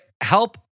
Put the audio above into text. help